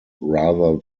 rather